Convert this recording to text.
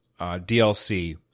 DLC